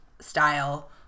style